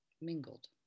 mingled